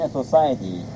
society